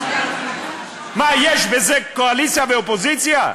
מה, יש בזה קואליציה ואופוזיציה?